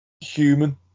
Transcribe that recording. human